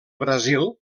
brasil